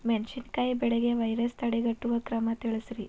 ಮೆಣಸಿನಕಾಯಿ ಬೆಳೆಗೆ ವೈರಸ್ ತಡೆಗಟ್ಟುವ ಕ್ರಮ ತಿಳಸ್ರಿ